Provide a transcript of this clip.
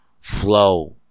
flow